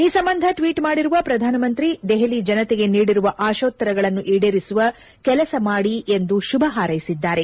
ಈ ಸಂಬಂಧ ಟ್ವೀಟ್ ಮಾಡಿರುವ ಪ್ರಧಾನಮಂತ್ರಿ ದೆಪಲಿ ಜನತೆಗೆ ನೀಡಿರುವ ಅಶೋತ್ತರಗಳನ್ನು ಈಡೇರಿಸುವ ಕೆಲಸ ಮಾಡಿ ಎಂದು ಶುಭ ಹಾರೈಸಿದ್ದಾರೆ